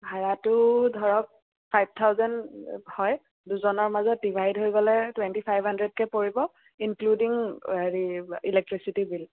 ভাড়াটো ধৰক five thousand হয় দুজনৰ মাজত ডিভাইড হৈ গ'লে টুৱেণ্টি ফাইভ হাণ্ড্ৰেডকে পৰিব ইনক্লোডিং হেৰি ইলেক্ট্ৰিচিটি বিল